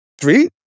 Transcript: Three